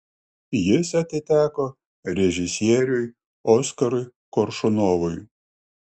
jis atiteko režisieriui oskarui koršunovui